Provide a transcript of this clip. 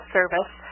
Service